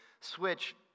switch